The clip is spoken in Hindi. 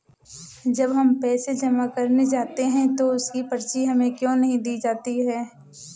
जब हम पैसे जमा करने जाते हैं तो उसकी पर्ची हमें क्यो नहीं दी जाती है?